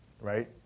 right